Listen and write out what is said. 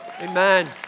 amen